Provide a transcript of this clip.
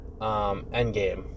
Endgame